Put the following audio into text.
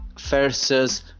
versus